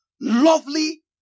lovely